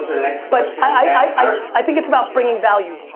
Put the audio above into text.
the next question. i think it's about bringing value.